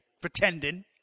pretending